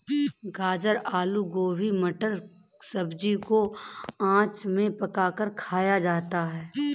गाजर आलू गोभी मटर सब्जी को आँच पर पकाकर खाया जाता है